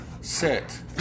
Sit